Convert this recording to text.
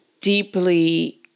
deeply